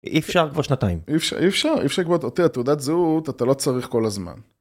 אי אפשר כבר שנתיים. אי אפשר, אי אפשר כבר, אתה יודע, תעודת זהות, אתה לא צריך כל הזמן.